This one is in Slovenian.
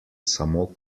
samo